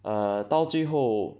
err 到最后